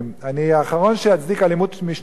אני האחרון שיצדיק אלימות משטרתית.